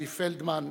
צבי פלדמן,